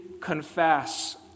confess